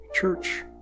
church